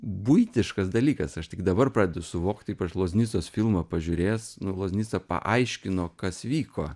buitiškas dalykas aš tik dabar pradedu suvokti ypač loznicos filmą pažiūrėjęs nu loznica paaiškino kas vyko